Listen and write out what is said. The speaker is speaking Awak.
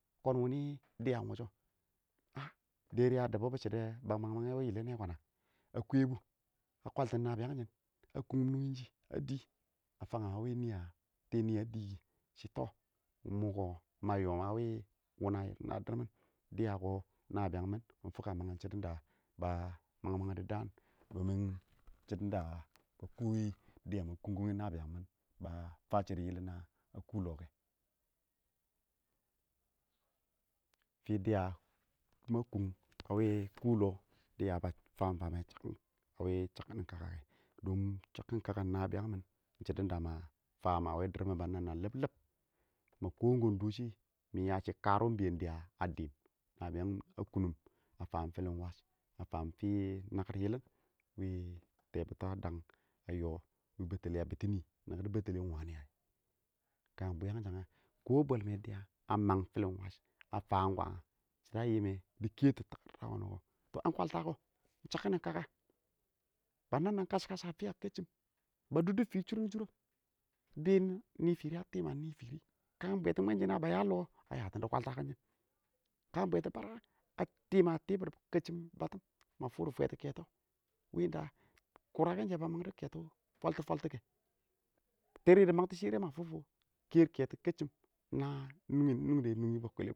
kʊn wʊni dɪya ɪng wʊshi dɛrɪ a dibʊbɔ shɪdɔ ba mang mangɛ wɪ yɪlɪn nɛ kwana a kwɛbʊ a kwaltin nabiyan shɪ a kʊngʊm nʊngin shɪ a dɪɪ a fang a wɪ nii a tɛɛ nɪyɛ a dɪɪ kɪ shɪ tɔ mɔkɔ ma yɔm a wɪ wʊna yɪlɪn a dir mɪn dɪya kʊ nablyang mɪn mɪ fʊk shɪya mang shidin da ba mang mang dɪ daan shɪdɔ ba kɔyi dɪya ma kʊng kʊngi nabiyang mɪn ba faa shɪdɔ yɪlɪn a kʊ lɔ kɛ, fii dɪya ma kʊn a wɪ kʊ lɔ dɪya ba faam famɛ a wɪ chakkɪn kaka kɛ chakkin kakan nabiyang mɪn shɪdɔ wɪ ma faam a wɪ dɪrr mɪn ba nam nanshʊ liblib ma kɔm kɔm dɔshi mɪ yashin kər wɔ iɪng bɛn dɪya a diim, nabiyan mɪn a kʊnʊm a faam fɪlɪn wash a faam fɪn nakɪr yɪlɪn wɪ tɛbʊtɔ a dang a yɔ ɪng bɛttɛlɪ a bitini, nakɪr bɛttɛlɪ ɪng wanɪ a kə ɪng bʊyanshank, kɔ bwɛl mɛ dɪya a mang fɪlɪn wash a faam kwaan shɪdɔ a yimɛ di kɛtʊ kɪ a faam kwaltakɔ ɪng chabtin kaka ba nam nam kaskas fɪya kachim ba dʊdu fii shurengshureng ɪng bɛɛn nii fɪrɪ a tɪm a nɪ fɪrɪ, kan bwɛtin mɔnshinɛ k ba ya lɔ, a yatɪn di kwaltakɔn shɪn, kang ɪng bwɛti barɛ a kan tima tibir kachchim batʊm ma fʊ dɪ fwɛtʊ kɛtɔ kʊrakɛn shɛ ba ba mangdɔ kɛtɔ faltʊ faltu kɛ terɛ dɪ mangtɔ shirɛ ma fʊfʊ kɛr kɛtɔ kachim ɪng na nʊngi ba wʊmɛ kɪ.